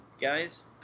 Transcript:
guys